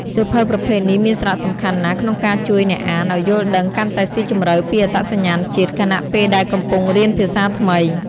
សៀវភៅប្រភេទនេះមានសារៈសំខាន់ណាស់ក្នុងការជួយអ្នកអានឲ្យយល់ដឹងកាន់តែស៊ីជម្រៅពីអត្តសញ្ញាណជាតិ ខណៈពេលដែលកំពុងរៀនភាសាថ្មី។